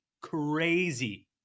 crazy